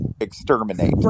exterminate